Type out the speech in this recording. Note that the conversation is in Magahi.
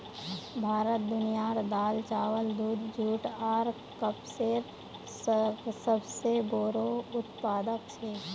भारत दुनियार दाल, चावल, दूध, जुट आर कपसेर सबसे बोड़ो उत्पादक छे